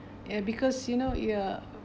ya because you know ya